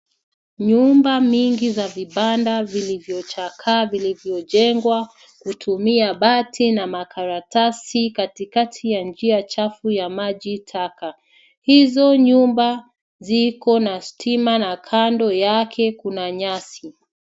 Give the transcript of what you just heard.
Nyumba mingi za vibanda vilivyochakaa vilivyojengwa kutumia bati na makaratasi katikati ya njia chafu ya maji taka. Hizo nyumba zikona stima na kando yake kuna nyasi.